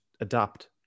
adapt